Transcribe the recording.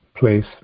Place